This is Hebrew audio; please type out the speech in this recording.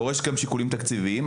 דורש כאן שיקולים תקציביים.